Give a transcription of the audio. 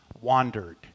wandered